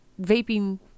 vaping